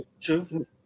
true